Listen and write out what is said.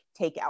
takeout